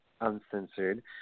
Uncensored